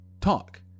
talk